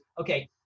Okay